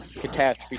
catastrophe